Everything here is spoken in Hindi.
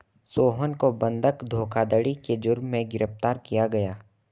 सोहन को बंधक धोखाधड़ी के जुर्म में गिरफ्तार किया गया